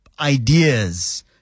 ideas